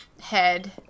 head